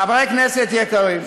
חברי כנסת יקרים,